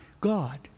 God